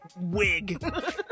wig